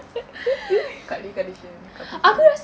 kourtney kardashian accomplished already